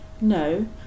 No